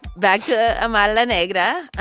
back to amara la negra.